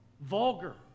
Vulgar